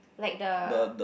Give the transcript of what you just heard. like the